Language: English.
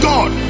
God